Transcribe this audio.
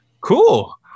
Cool